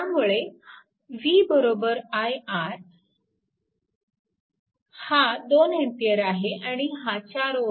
त्यामुळे v i R हा 2A आहे आणि हा 4Ω